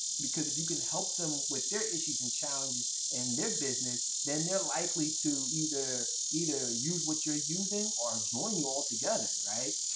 because if you can help them with their issues and challenges in and their business, then they're likely to either either use what you're using or join you all together.